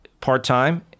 part-time